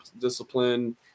discipline